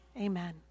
Amen